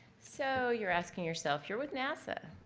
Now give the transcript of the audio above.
so you're asking yourself you're with nasa.